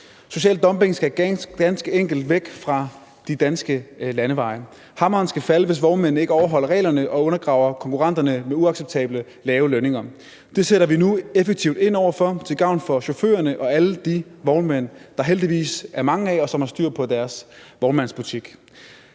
Social dumping skal ganske enkelt væk fra de danske landeveje. Hammeren skal falde, hvis vognmænd ikke overholder reglerne og undergraver konkurrenter med uacceptabelt lave lønninger. Det sætter vi nu effektivt ind over for til gavn for chaufførerne og alle de vognmænd, der har styr på – og dem er der heldigvis mange af – deres vognmandsbutik.